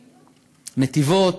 נתיבות,